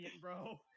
bro